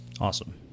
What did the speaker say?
Awesome